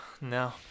no